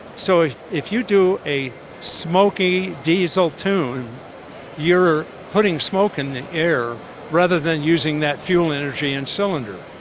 so if you do a smokey diesel tune you're putting smoke in the air rather than using that fuel energy in cylinder.